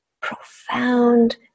profound